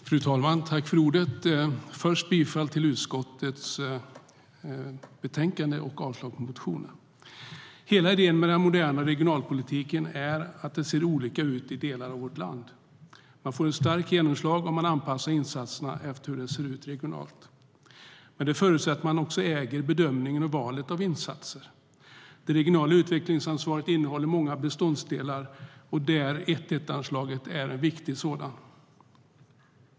Fru talman! Jag yrkar bifall till förslaget i utskottets betänkande och avslag på motionerna. Hela idén med den moderna regionalpolitiken är att det ser olika ut i olika delar av vårt land. Man får ett starkare genomslag om man anpassar insatserna efter hur det ser ut regionalt. Men det förutsätter att man äger bedömningen och valet av insatser. Det regionala utvecklingsansvaret innehåller många beståndsdelar, och 1:1-anslaget är en viktig sådan.